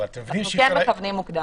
אנחנו כן מכוונים מוקדם.